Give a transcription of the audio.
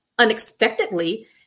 unexpectedly